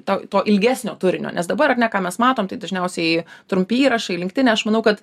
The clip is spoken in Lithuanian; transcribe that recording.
to to ilgesnio turinio nes dabar ar ne ką mes matom tai dažniausiai trumpi įrašai linktine aš manau kad